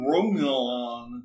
Romulan